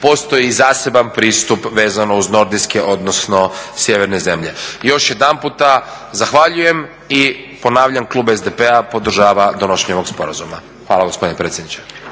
postoji i zaseban pristup vezano uz nordijske odnosno sjeverne zemlje. Još jednaputa zahvaljujem i ponavljam Klub SDP-a podržava donošenje ovog sporazuma. Hvala gospodine predsjedniče.